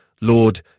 Lord